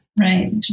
Right